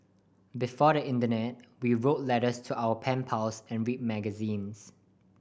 before the internet we wrote letters to our pen pals and read magazines